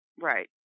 Right